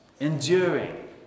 enduring